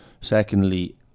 Secondly